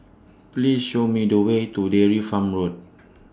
Please Show Me The Way to Dairy Farm Road